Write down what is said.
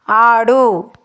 ఆడు